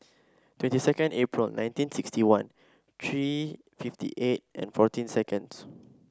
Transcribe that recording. twenty second April nineteen sixty one three fifty eight and fourteen seconds